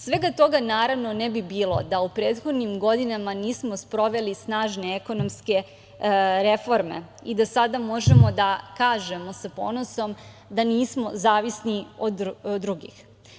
Svega toga, naravno, ne bi bilo da u prethodnim godinama nismo sproveli snažne ekonomske reforme i da sada možemo da kažemo sa ponosom da nismo zavisni od drugih.